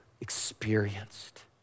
experienced